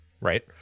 right